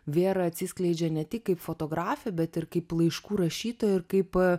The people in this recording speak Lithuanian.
vėra atsiskleidžia ne tik kaip fotografė bet ir kaip laiškų rašytoja ir kaip